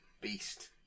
Beast